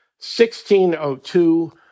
1602